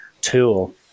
tool